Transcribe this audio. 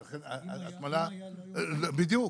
בדיוק.